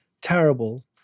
terrible